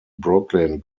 brooklyn